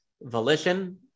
volition